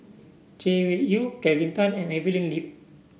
Chay Weng Yew Kelvin Tan and Evelyn Lip